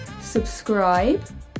subscribe